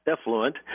effluent